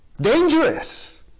Dangerous